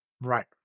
right